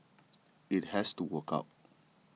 it has to work out